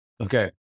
okay